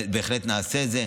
בהחלט נעשה את זה.